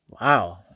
Wow